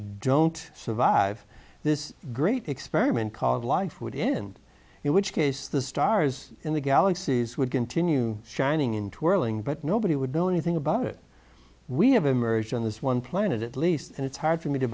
don't survive this great experiment called life would end in which case the stars in the galaxies would continue shining in twirling but nobody would know anything about it we have emerged on this one planet at least and it's hard for me to